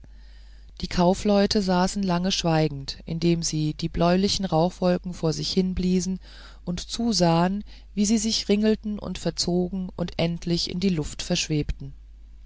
die kaufleute saßen lange schweigend indem sie die bläulichen rauchwolken vor sich hinbliesen und zusahen wie sie sich ringelten und verzogen und endlich in die luft verschwebten